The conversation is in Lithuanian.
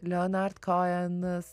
leonard kojenas